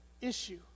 issue